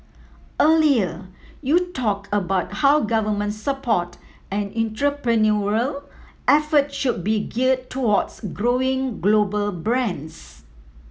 earlier you talked about how government support and entrepreneurial effort should be geared towards growing global brands